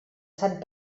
sant